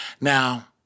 Now